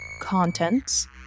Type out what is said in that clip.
contents